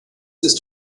ist